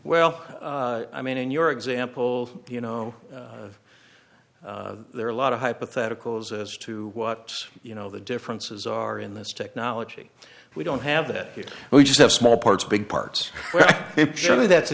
well i mean in your example you know there are a lot of hypotheticals as to what you know the differences are in this technology we don't have that here we just have small parts big parts surely that's a